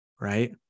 right